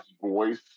voice